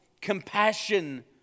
compassion